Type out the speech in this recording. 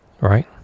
Right